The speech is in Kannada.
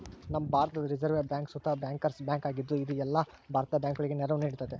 ನಮ್ಮ ಭಾರತುದ್ ರಿಸೆರ್ವ್ ಬ್ಯಾಂಕ್ ಸುತ ಬ್ಯಾಂಕರ್ಸ್ ಬ್ಯಾಂಕ್ ಆಗಿದ್ದು, ಇದು ಎಲ್ಲ ಭಾರತದ ಬ್ಯಾಂಕುಗುಳಗೆ ನೆರವು ನೀಡ್ತತೆ